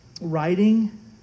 writing